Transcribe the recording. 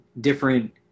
different